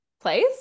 place